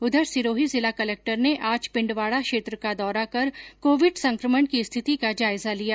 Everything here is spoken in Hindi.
उधर सिरोही जिला कलक्टर ने आज पिण्डवाड़ा क्षेत्र का दौरा कर कोविड संकमण की स्थिति का जायजा लिया